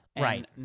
Right